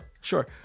Sure